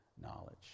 knowledge